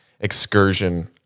excursion